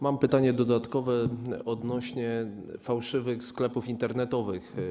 Mam pytanie dodatkowe odnośnie do fałszywych sklepów internetowych.